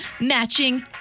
matching